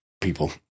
people